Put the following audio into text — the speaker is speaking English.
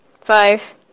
Five